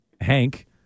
Hank